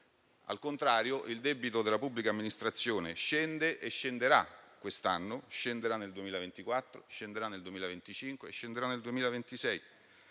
Al contrario, il debito della pubblica amministrazione scende e scenderà quest'anno, nel 2024, nel 2025 e nel 2026,